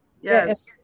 yes